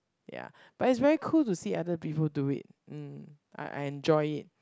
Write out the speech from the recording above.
ya but it's very cool to see other people do it hmm I enjoy it